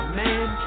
man